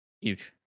Huge